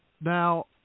Now